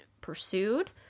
pursued